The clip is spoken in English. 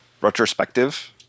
retrospective